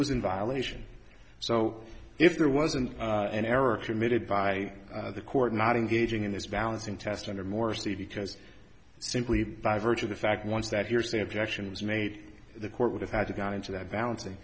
was in violation so if there wasn't an error committed by the court not engaging in this balancing test under morsi because simply by virtue of the fact once that hearsay objection was made the court would have had to go into that balanc